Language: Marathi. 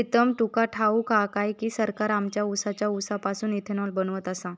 प्रीतम तुका ठाऊक हा काय की, सरकार आमच्या उसाच्या रसापासून इथेनॉल बनवत आसा